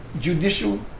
judicial